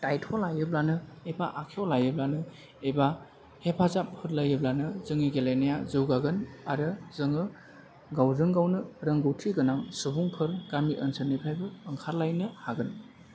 दायथ' लायोब्लानो एबा आखायाव लायोब्लानो एबा हेफाजाब होलायोबानो जोंनि गेलेनाया जौगागोन आरो जोङो गावजों गावनो रोंगौथि गोनां सुबुंफोर गामि ओनसोलनिफ्राय ओंखारलायनो हागोन